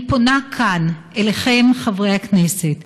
אני פונה כאן אליכם, חברי הכנסת,